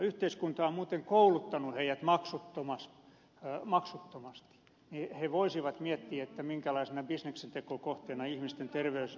yhteiskunta on muuten kouluttanut heidät maksuttomasti ja he voisivat miettiä minkälaisena bisneksentekokohteena ihmisten terveydentila on